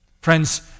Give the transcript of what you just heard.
Friends